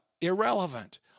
Irrelevant